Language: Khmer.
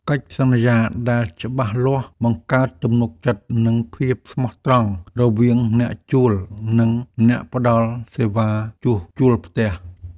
កិច្ចសន្យាដែលច្បាស់លាស់បង្កើតទំនុកចិត្តនិងភាពស្មោះត្រង់រវាងអ្នកជួលនិងអ្នកផ្តល់សេវាជួលផ្ទះ។